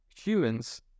humans